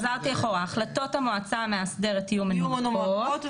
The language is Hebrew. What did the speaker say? חזרתי אחורה: החלטות המועצה המאסדרת יהיו מנומקות.